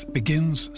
begins